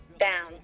Down